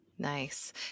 Nice